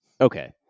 okay